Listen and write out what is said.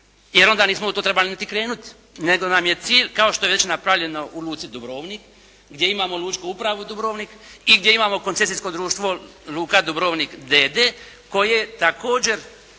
Jer onda nismo …/Govornik se ne razumije./… nego nam je cilj, kao što je već napravljene u luci Dubrovnik, gdje imamo lučku upravu Dubrovnik i gdje imamo koncesijsko društvo luka Dubrovnik d.d. koje također